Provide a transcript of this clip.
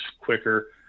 quicker